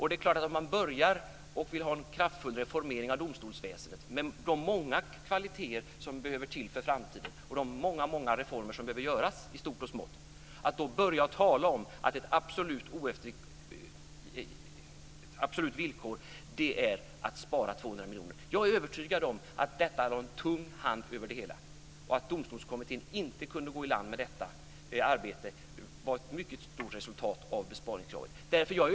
Det är klart att om man vill ha en kraftfull reformering av domstolsväsendet, med de många kvaliteter som behövs för framtiden och de många reformer som behöver göras i stort och smått, och då börjar med att tala om att ett absolut villkor är att spara 200 miljoner blir det problem. Jag är övertygad om att det lade en tung hand över det hela. Att Domstolskommittén inte kunde gå i land med detta arbete var i mycket stor utsträckning ett resultat av besparingskravet.